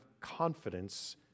confidence